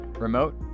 Remote